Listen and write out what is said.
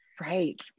Right